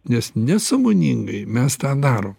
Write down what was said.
nes nesąmoningai mes tą darom